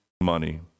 money